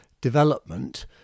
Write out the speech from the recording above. development